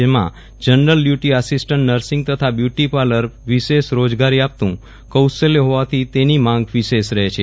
જેમાં general duty assistant nursing તથા beauty parlour વિશેષ રોજગારી આપતું કૌશલ્ય હોવાથીતેની માંગ વિશેષ રફે છે